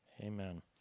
Amen